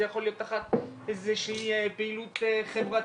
זה יכול להיות תחת איזה שהיא פעילות חברתית,